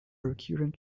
recurrent